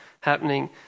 happening